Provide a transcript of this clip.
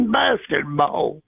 basketball